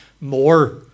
more